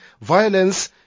violence